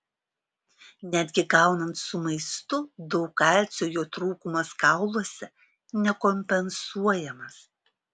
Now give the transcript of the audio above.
netgi gaunant su maistu daug kalcio jo trūkumas kauluose nekompensuojamas